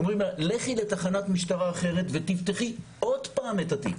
אומרים לה: לכי לתחנת משטרה אחרת ותפתחי עוד פעם את התיק,